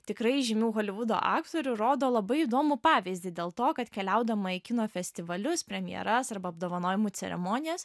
tikrai žymių holivudo aktorių rodo labai įdomų pavyzdį dėl to kad keliaudama į kino festivalius premjeras arba apdovanojimų ceremonijas